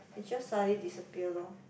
it just suddenly disappear lor